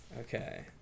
Okay